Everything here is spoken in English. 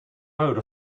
mode